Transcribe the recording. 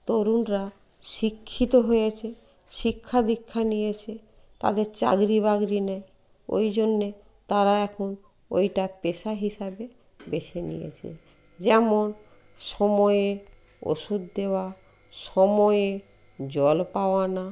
তরুণরা শিক্ষিত হয়েছে শিক্ষা দীক্ষা নিয়েছে তাদের চাকরি বাকরি নাই ওই জন্যে তারা এখন ওইটা পেশা হিসাবে বেছে নিয়েছে যেমন সময়ে ওষুদ দেওয়া সময়ে জল পাওয়া না